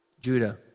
Judah